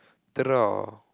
draw